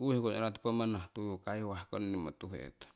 uuhiku no'ra topo mannah tuyu kaiwah konnimo tuhetong.